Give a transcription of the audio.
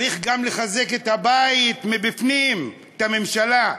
צריך גם לחזק את הבית מבפנים, את הממשלה.